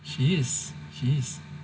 she is she is